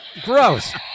gross